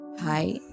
Hi